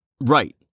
Right